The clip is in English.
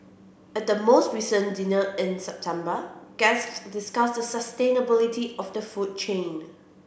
at the most recent dinner in September guests discussed the sustainability of the food chain